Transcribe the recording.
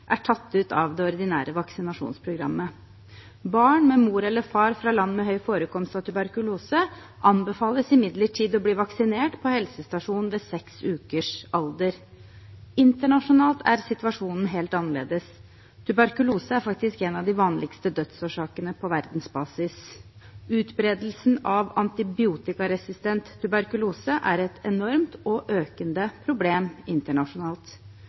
er tatt ut av det ordinære vaksinasjonsprogrammet. Barn med mor eller far fra land med høy forekomst av tuberkulose anbefales imidlertid å vaksineres på helsestasjonen ved seks ukers alder. Internasjonalt er situasjonen helt annerledes. På verdensbasis er tuberkulose en av de vanligste dødsårsakene. Utbredelsen av antibiotikaresistent tuberkulose er et enormt, og økende, problem internasjonalt.